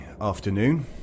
afternoon